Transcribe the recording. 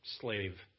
slave